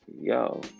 yo